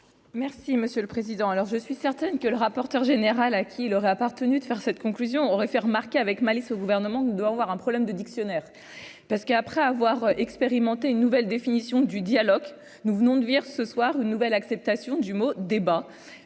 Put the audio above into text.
Merci monsieur le Président, alors je suis certaine que le rapporteur général à qui il aurait appartenu de faire cette conclusion aurait fait remarquer avec malice au gouvernement qui doit avoir un problème de dictionnaire parce qu'après avoir expérimenté une nouvelle définition du dialogue, nous venons de vire ce soir une nouvelle acceptation du mot débat